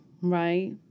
Right